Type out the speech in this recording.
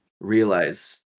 realize